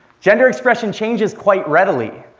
gender expression changes quite readily.